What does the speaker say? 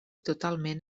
totalment